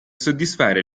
soddisfare